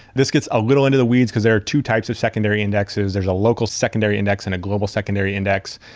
this gets a little into the weeds because there are two types of secondary indexes. there's a local secondary index and a global secondary index.